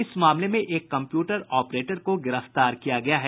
इस मामले में एक कम्प्यूटर ऑपरेटर को गिरफ्तार किया गया है